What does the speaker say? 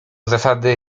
zasady